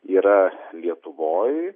yra lietuvoj